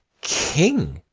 king